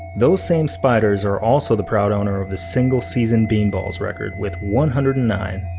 those same spiders, are also the proud owner of the single season beanballs record with one hundred and nine.